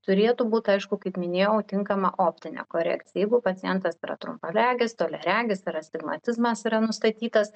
turėtų būt aišku kaip minėjau tinkama optinė korek jeigu pacientas yra trumparegis toliaregis ir astigmatizmas yra nustatytas